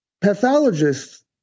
pathologists